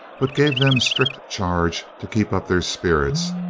but gave them strict charge to keep up their spirits,